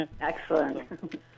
Excellent